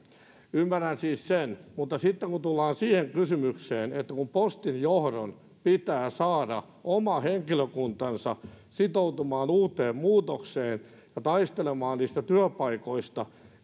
ymmärrän siis sen mutta sitten kun tullaan siihen kysymykseen että siinä yhteydessä kun postin johdon pitää saada oma henkilökuntansa sitoutumaan uuteen muutokseen ja taistelemaan työpaikoista